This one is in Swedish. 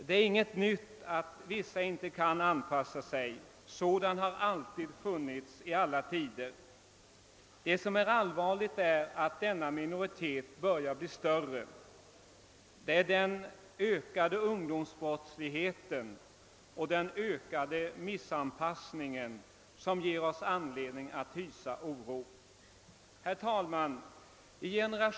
Det är inget nytt att vissa inte kan anpassa sig — sådana har funnits i alla tider. Vad som är allvarligt är att denna minoritet börjar bli större; det är den ökade ungdomsbrottsligheten och den ökade missanpassningen som ger oss anledning att hysa oro. Herr talman!